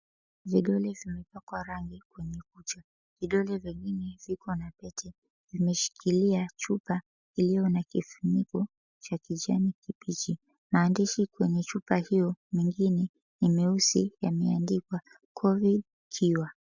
Vidole vimepakwa rangi kwenye kucha, vidole vingine viko na pete kimeshikilia chupa iliyo na kifuniko cha kijani kibichi, maandishi kwenye chupa hiyo mengine ni meusi yameandikwa Covid cure.